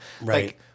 Right